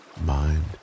mind